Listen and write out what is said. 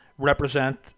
represent